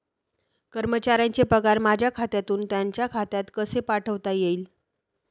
कर्मचाऱ्यांचे पगार माझ्या खात्यातून त्यांच्या खात्यात कसे पाठवता येतील?